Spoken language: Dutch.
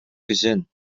gezin